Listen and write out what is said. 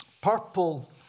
purple